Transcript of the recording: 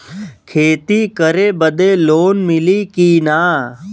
खेती करे बदे लोन मिली कि ना?